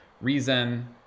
reason